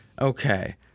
Okay